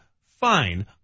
fine